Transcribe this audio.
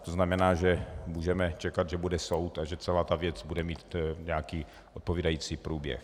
To znamená, že můžeme čekat, že bude soud a že celá věc bude mít nějaký odpovídající průběh.